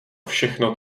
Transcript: všechno